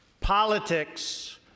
politics